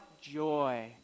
joy